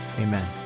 amen